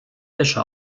wäsche